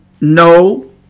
no